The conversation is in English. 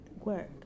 work